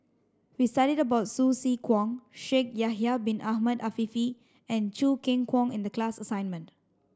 we studied about Hsu Tse Kwang Shaikh Yahya bin Ahmed Afifi and Choo Keng Kwang in the class assignment